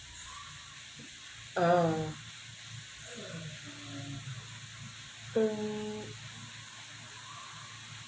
uh mm